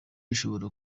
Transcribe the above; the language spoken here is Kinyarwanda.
ishobora